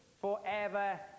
forever